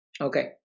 Okay